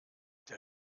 der